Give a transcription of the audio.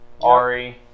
Ari